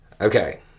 Okay